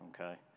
okay